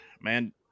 Man